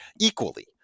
equally